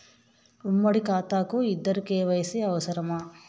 ఉమ్మడి ఖాతా కు ఇద్దరు కే.వై.సీ అవసరమా?